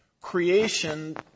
creation